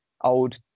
old